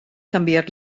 canviar